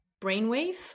brainwave